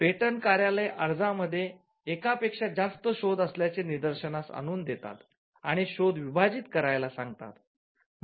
patent कार्यालय अर्जामध्ये एकापेक्षा जास्त शोध असल्याचे निदर्शनात आणून देतात आणि शोध विभाजित करावयास सांगतात